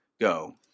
go